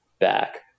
back